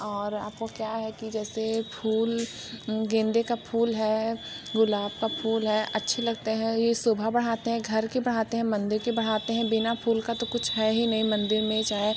और आपको क्या है कि जैसे फूल गेंदे का फूल है गुलाब का फूल है अच्छे लगते हैं ये शोभा बढ़ाते हैं घर के बढ़ाते हैं मंदिर के बढ़ाते हैं बिना फूल का तो कुछ है ही नहीं मंदिर में चाहे